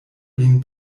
lin